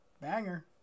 Banger